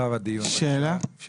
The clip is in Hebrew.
משרד הביטחון,